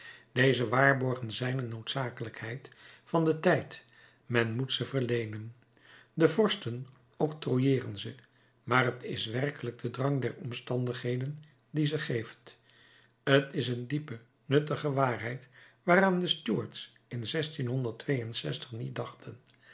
deze waarborgen zijn een noodzakelijkheid van den tijd men moet ze verleenen de vorsten oktrooieeren ze maar t is werkelijk de drang der omstandigheden die ze geeft t is een diepe nuttige waarheid waaraan de stuarts in niet dachten